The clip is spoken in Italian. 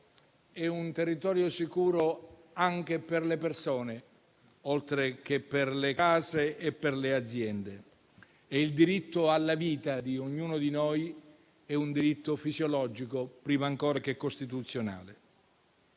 Un territorio sicuro è sicuro anche per le persone, oltre che per le case e per le aziende. Il diritto alla vita di ognuno di noi è un diritto fisiologico, prima ancora che costituzionale.